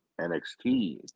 NXT